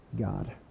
God